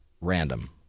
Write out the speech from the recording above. random